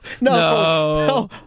no